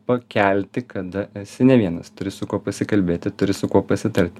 pakelti kada esi ne vienas turi su kuo pasikalbėti turi su kuo pasitarti